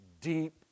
deep